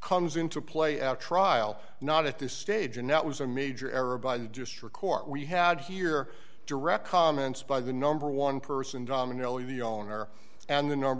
comes into play at trial not at this stage and that was a major error by the district court we had here direct comments by the number one person domino in the owner and the number